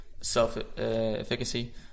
self-efficacy